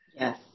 Yes